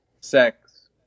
sex